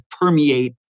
permeate